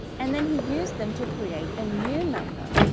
and then he used them to create a new number.